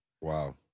Wow